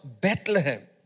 Bethlehem